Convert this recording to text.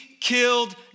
killed